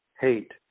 hate